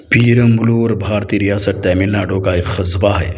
پیرملور بھارتی ریاست تمل ناڈو کا ایک قصبہ ہے